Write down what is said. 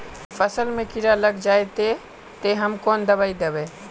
फसल में कीड़ा लग जाए ते, ते हम कौन दबाई दबे?